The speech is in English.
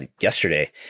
yesterday